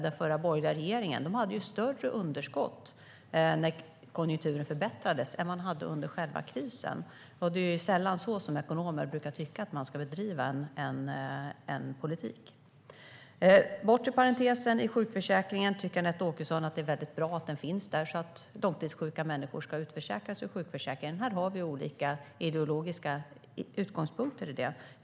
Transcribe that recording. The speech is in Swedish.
Den förra borgerliga regeringen hade nämligen större underskott när konjunkturen förbättrades än man hade under själva krisen. Det är sällan ekonomer brukar tycka att det är på det sättet en politik ska bedrivas. Anette Åkesson tycker att det är bra att den bortre parentesen i sjukförsäkringen finns, så att långtidssjuka människor utförsäkras ur sjukförsäkringen. Vi har olika ideologiska utgångspunkter när det gäller det.